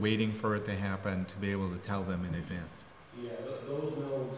waiting for it to happen to be able to tell them in advance so